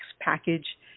package